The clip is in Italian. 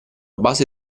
base